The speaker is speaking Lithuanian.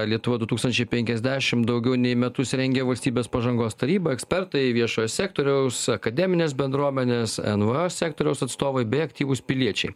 lietuva du tūkstančiai penkiasdešim daugiau nei metus rengia valstybės pažangos taryba ekspertai viešojo sektoriaus akademinės bendruomenės nvo sektoriaus atstovai bei aktyvūs piliečiai